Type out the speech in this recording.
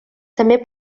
també